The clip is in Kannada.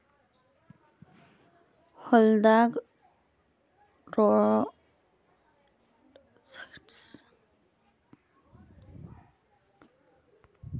ಹೊಲದಾಗ್ ರೊಡೆಂಟಿಸೈಡ್ಸ್ ಅನ್ನದ್ ಕೀಟನಾಶಕ್ ಹಾಕ್ಲಿಲ್ಲಾ ಅಂದ್ರ ಇಲಿ ಹೆಗ್ಗಣ ಬೆಳಿ ತಿಂದ್ ಹಾಳ್ ಮಾಡಬಹುದ್